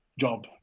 job